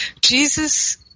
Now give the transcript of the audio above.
Jesus